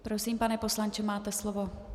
Prosím, pane poslanče, máte slovo.